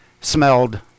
smelled